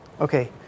Okay